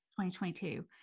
2022